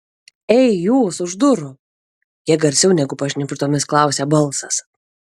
ei jūs už durų kiek garsiau negu pašnibždomis klausia balsas